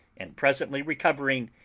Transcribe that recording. and presently recovering,